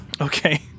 Okay